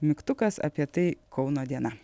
mygtukas apie tai kauno diena